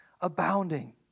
abounding